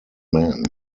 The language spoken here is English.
man